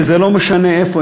וזה לא משנה איפה,